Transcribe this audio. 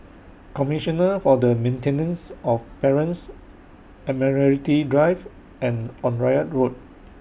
Commissioner For The Maintenance of Parents Admiralty Drive and Onraet Road